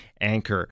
anchor